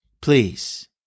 Please